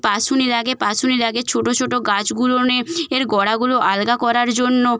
পাশুনি লাগে পাশুনি লাগে ছোটো ছোটো গাছগুলোনে এর গোড়াগুলো আলগা করার জন্য